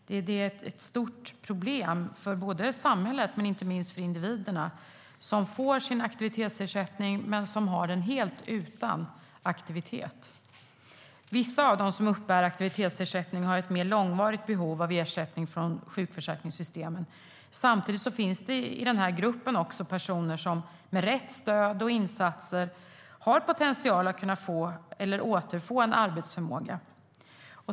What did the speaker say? Detta är ett stort problem både för samhället och inte minst för individerna, som får sin aktivitetsersättning men har den helt utan aktivitet. Vissa av dem som uppbär aktivitetsersättning har ett mer långvarigt behov av ersättning från sjukförsäkringssystemen. Samtidigt finns det i denna grupp också personer som med rätt stöd och insatser har potential att få eller återfå en arbetsförmåga.